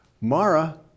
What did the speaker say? Mara